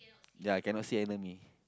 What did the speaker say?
ya cannot see enemy